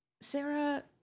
Sarah